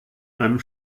einem